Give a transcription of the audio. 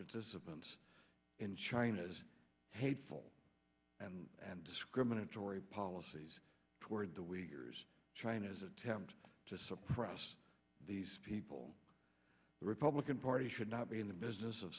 disciplines in china's hateful and and discriminatory policies toward the weak years china's attempt to suppress these people the republican party should not be in the business of